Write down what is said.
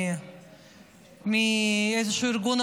מצוין.